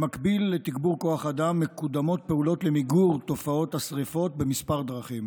במקביל לתגבור כוח אדם מקודמות פעולות למיגור תופעות השרפות בכמה דרכים.